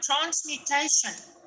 transmutation